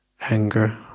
anger